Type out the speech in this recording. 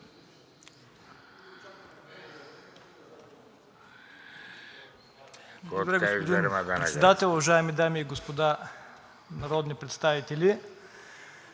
Ви, господин Председател. Уважаеми дами и господа народни представители,